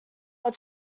were